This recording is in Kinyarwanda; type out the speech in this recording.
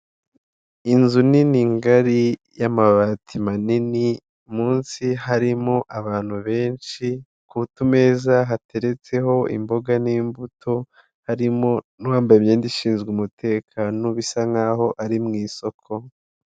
Inzu nini ngari y'amabati manini munsi harimo abantu benshi. Ku meza hateretseho imboga n'imbuto, harimo n'uwambaye imyenda ishinzwe umutekano bisa nk'aho ari mu isoko.